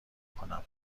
کنم